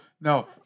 No